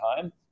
time